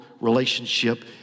relationship